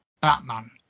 Batman